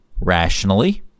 rationally